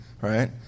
Right